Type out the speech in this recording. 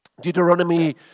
Deuteronomy